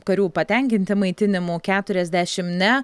karių patenkinti maitinimu keturiasdešim ne